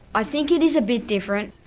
i think it is a bit different.